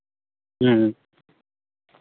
ᱦᱮᱸ